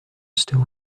still